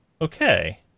okay